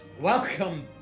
Welcome